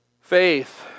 Faith